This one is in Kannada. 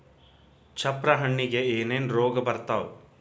ಚಪ್ರ ಹಣ್ಣಿಗೆ ಏನೇನ್ ರೋಗ ಬರ್ತಾವ?